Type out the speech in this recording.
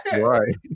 Right